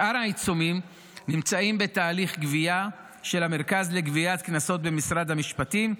שאר העיצומים נמצאים בתהליך גבייה של המרכז לגביית קנסות במשרד המשפטים,